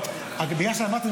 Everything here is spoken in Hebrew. לא, רק בגלל שאמרת לי